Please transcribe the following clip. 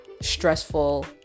stressful